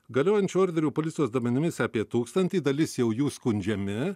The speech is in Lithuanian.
galiojančių orderių policijos duomenimis apie tūkstantį dalis jau jų skundžiami